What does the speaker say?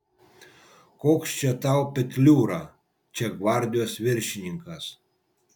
koks čia tau petliūra čia gvardijos viršininkas